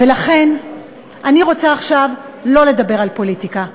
ולכן אני רוצה עכשיו לא לדבר על פוליטיקה,